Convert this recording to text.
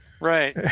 Right